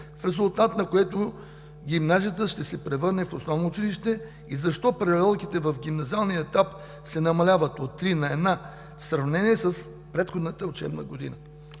в резултат на което гимназията ще се превърне в основно училище, и защо паралелките в гимназиалния етап се намаляват от три на една в сравнение с предходната учебна година?